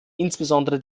insbesondere